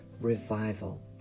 revival